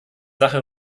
sache